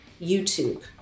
YouTube